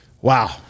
Wow